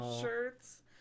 shirts